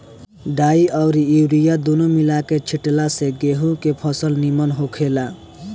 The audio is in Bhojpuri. डाई अउरी यूरिया दूनो मिला के छिटला से गेंहू के फसल निमन होखेला